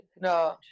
no